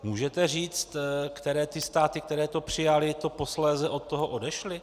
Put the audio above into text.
Můžete říct, které ty státy, které to přijaly, posléze od toho odešly?